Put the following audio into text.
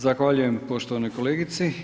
Zahvaljujem poštovanoj kolegici.